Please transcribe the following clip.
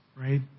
right